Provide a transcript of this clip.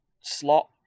slot